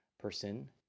person